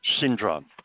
syndrome